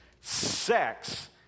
Sex